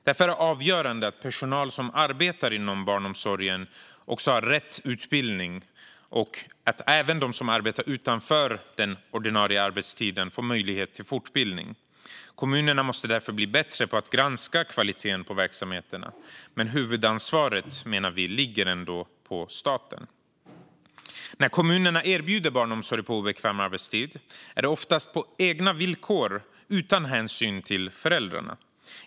Därför är det avgörande att den personal som arbetar inom barnomsorgen har rätt utbildning och att även de som arbetar utanför ordinarie arbetstid får möjlighet till fortbildning. Kommunerna måste därför bli bättre på att granska kvaliteten på verksamheten. Men huvudansvaret, menar vi, ligger ändå på staten. När kommunerna erbjuder barnomsorg på obekväm arbetstid är det oftast på kommunens villkor utan hänsyn till föräldrarna.